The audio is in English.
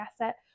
asset